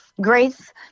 Grace